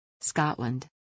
Scotland